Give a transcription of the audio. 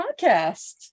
podcast